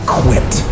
quit